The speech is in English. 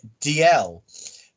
DL